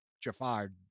jafar